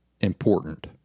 important